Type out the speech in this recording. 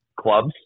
clubs